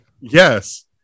yes